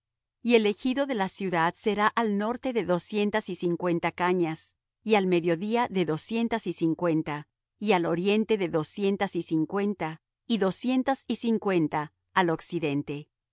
y el ejido de la ciudad será al norte de doscientas y cincuenta cañas y al mediodía de doscientas y cincuenta y al oriente de doscientas y cincuenta y de doscientas y cincuenta al occidente